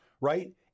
right